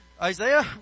Isaiah